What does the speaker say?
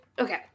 Okay